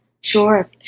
Sure